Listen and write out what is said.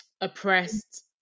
oppressed